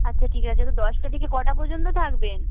আচ্ছা ঠিক আছে তো দশটা থেকে কটা পর্যন্ত থাকবেন